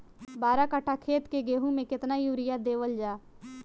बारह कट्ठा खेत के गेहूं में केतना यूरिया देवल जा?